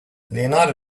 leonardo